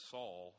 Saul